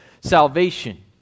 salvation